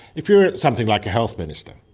if you're something like a health minister,